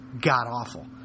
god-awful